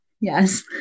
yes